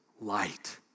light